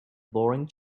boring